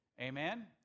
Amen